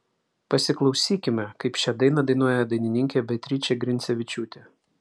pasiklausykime kaip šią dainą dainuoja dainininkė beatričė grincevičiūtė